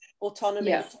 Autonomy